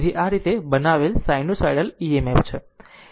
તેથી આ રીતે બનાવેલ સિનુસાઇડલ EMF છે